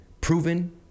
proven